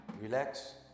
relax